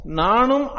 nanum